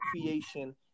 creation